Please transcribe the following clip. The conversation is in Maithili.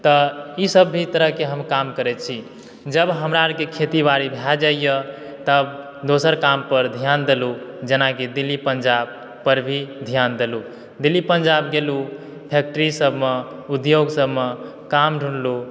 त ईसब भी तरहके हम काम करै छी जब हमरा आरके खेती बारी भए जाइया तब दोसर काम पर ध्यान देलहुॅं जेनाकि दिल्ली पंजाब पर भी ध्यान देलहुॅं दिल्ली पंजाब गेलहुॅं फ़ैक्ट्री सबमे उद्योग सबमे काम ढूँढ़लहुॅं